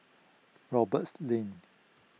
Roberts Lane